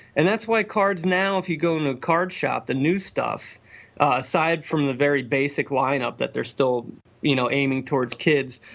and that's why cards now, if you go into a card shop, the new stuff aside from the very basic lineup that they are still you know aiming towards kids,